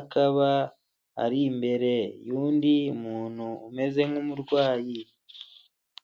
akaba ari imbere y'undi muntu umeze nk'umurwayi.